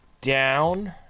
down